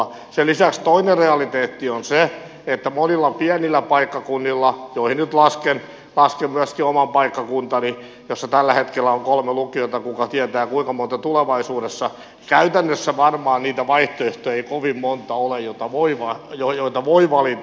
sen lisäksi toinen realiteetti on se että monilla pienillä paikkakunnilla joihin nyt lasken myöskin oman paikkakuntani jossa tällä hetkellä on kolme lukiota kuka tietää kuinka monta tulevaisuudessa käytännössä varmaan niitä vaihtoehtoja ei kovin montaa ole joita voi valita